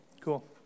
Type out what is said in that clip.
Cool